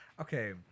Okay